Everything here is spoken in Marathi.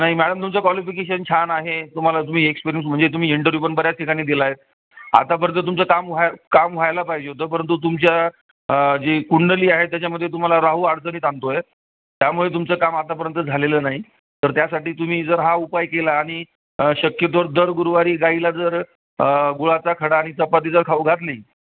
नाही मॅडम तुमचं कॉलिफिकेशन छान आहे तुम्हाला तुम्ही एक्सपिरिन्स म्हणजे तुम्ही इंटरव्यू पण बऱ्याच ठिकाणी दिला आहे आतापर्यंत तुमचं काम व्हायला काम व्हायला पाहिजे होतं परंतु तुमच्या जी कुंडली आहे त्याच्यामध्ये तुम्हाला राहू अडचणीत आणतो आहे त्यामुळे तुमचं काम आतापर्यंत झालेलं नाही तर त्यासाठी तुम्ही जर हा उपाय केला आणि शक्यतो दर गुरुवारी गाईला जर गुळाचा खडा आणि चपाती जर खाऊ घातली